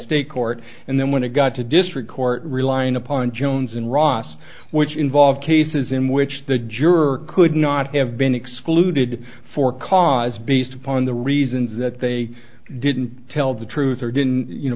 state court and then when it got to district court relying upon jones and ross which involved cases in which the juror could not have been excluded for cause beast upon the reasons that they didn't tell the truth or didn't